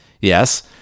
Yes